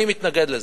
אני מתנגד לזה.